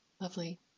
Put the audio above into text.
Lovely